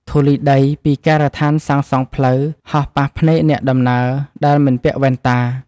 ធូលីដីពីការដ្ឋានសាងសង់ផ្លូវ ហោះប៉ះភ្នែកអ្នកដំណើរដែលមិនពាក់វ៉ែនតា។